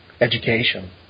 education